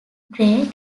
grey